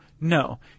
no